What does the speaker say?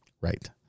right